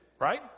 right